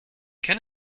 can